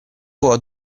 può